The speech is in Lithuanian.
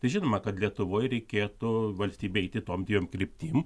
tai žinoma kad lietuvoj reikėtų valstybei eiti tom dviem kryptim